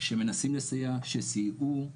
שמנסים לסייע, שסייעו,